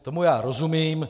Tomu já rozumím.